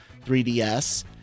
3ds